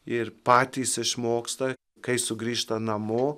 ir patys išmoksta kai sugrįžta namo